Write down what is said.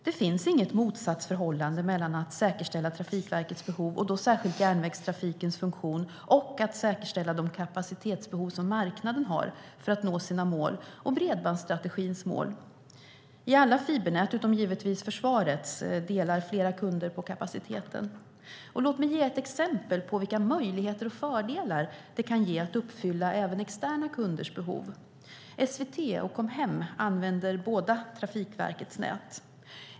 Det finns inget motsatsförhållande mellan att säkerställa Trafikverkets behov, och då särskilt järnvägstrafikens funktion, och att säkerställa de kapacitetsbehov som marknaden har för att nå sina och bredbandsstrategins mål. I alla fibernät, utom givetvis försvarets, delar flera kunder på kapaciteten. Låt mig ge ett exempel på vilka möjligheter och fördelar det kan ge att uppfylla även externa kunders behov. SVT och Comhem använder båda Trafikverkets nät.